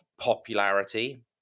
popularity